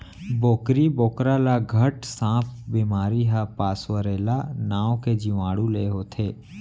बोकरी बोकरा ल घट सांप बेमारी ह पास्वरेला नांव के जीवाणु ले होथे